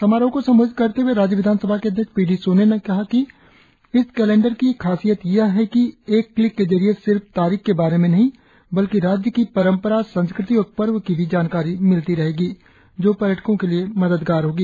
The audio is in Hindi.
समारोह को संबोधित करते हए राज्य विधानसभा के अध्यक्ष पी डी सोना ने कहा कि इस कैलेंडर की खासियत यह है कि एक क्लिक के जरिए सिर्फ तारीख के बारे में नही बल्कि राज्य की परंपरा संस्कृति और पर्व की भी जानकारी मिलती रहेगी जो पर्यटको के लिए मददगार होगी